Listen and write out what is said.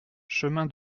chemin